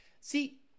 See